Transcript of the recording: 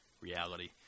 reality